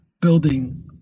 building